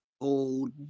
Old